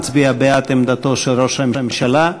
מצביע בעד עמדתו של ראש הממשלה,